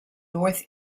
north